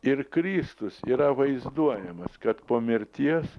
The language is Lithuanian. ir kristus yra vaizduojamas kad po mirties